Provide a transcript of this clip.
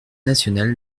nationale